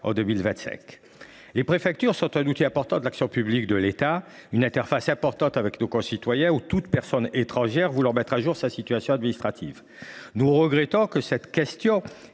en 2025. Les préfectures sont un outil important de l’action publique de l’État et une interface importante avec nos concitoyens ou toute personne étrangère voulant mettre à jour sa situation administrative. Nous regrettons de voir qu’une question